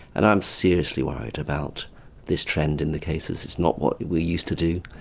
and i'm seriously worried about this trend in the cases. it's not what we used to do.